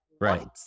right